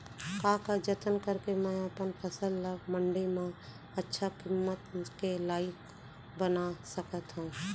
का का जतन करके मैं अपन फसल ला मण्डी मा अच्छा किम्मत के लाइक बना सकत हव?